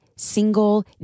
single